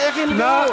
שידעו?